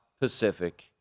Pacific